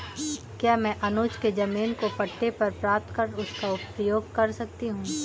क्या मैं अनुज के जमीन को पट्टे पर प्राप्त कर उसका प्रयोग कर सकती हूं?